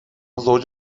زوج